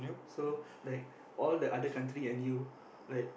so like all the other country and you like